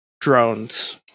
drones